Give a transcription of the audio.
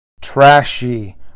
Trashy